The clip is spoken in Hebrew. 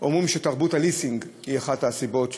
אומרים שתרבות הליסינג היא אחת הסיבות,